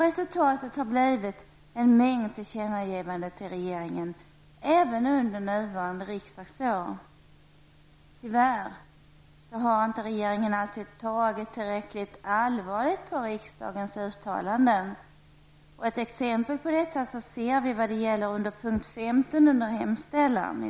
Resultatet har blivit en mängd tillkännagivanden till regeringen -- även under nuvarande riksdagsår. Tyvärr har inte regeringen alltid tagit tillräckligt allvarligt på riksdagens uttalanden. Ett exempel på detta ser vi i punkt 15 under hemställan.